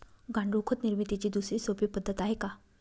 गांडूळ खत निर्मितीची दुसरी सोपी पद्धत आहे का?